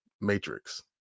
Matrix